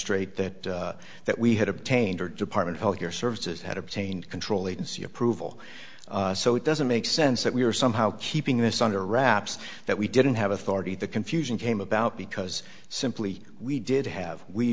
magistrate that that we had obtained her department health care services had obtained control agency approval so it doesn't make sense that we are somehow keeping this under wraps that we didn't have authority the confusion came about because simply we did have we